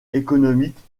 économique